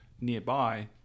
nearby